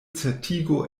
certigo